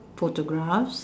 photograph